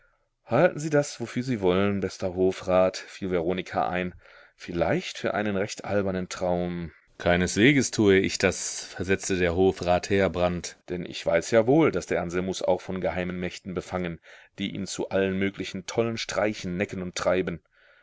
halten sie das wofür sie wollen bester hofrat fiel veronika ein vielleicht für einen recht albernen traum keinesweges tue ich das versetzte der hofrat heerbrand denn ich weiß ja wohl daß der anselmus auch von geheimen mächten befangen die ihn zu allen möglichen tollen streichen necken und treiben